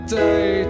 day